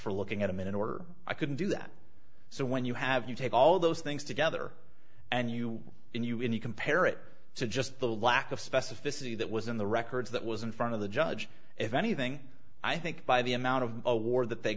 for looking at a minute or i couldn't do that so when you have you take all those things together and you and you and you compare it to just the lack of specificity that was in the records that was in front of the judge if anything i think by the amount of award that they